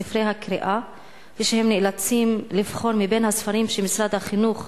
ספרי הקריאה ושהם נאלצים לבחור מבין הספרים שמשרד החינוך,